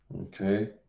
Okay